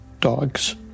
dogs